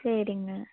சரிங்க